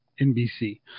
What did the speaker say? NBC